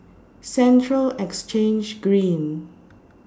Central Exchange Green